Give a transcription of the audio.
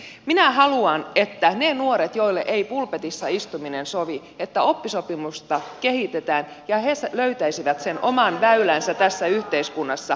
minä haluan että oppisopimusta kehitetään ja ne nuoret joille ei pulpetissa istuminen sovi löytäisivät sen oman väylänsä tässä yhteiskunnassa